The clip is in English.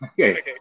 Okay